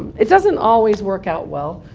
it doesn't always work out well.